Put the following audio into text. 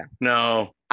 No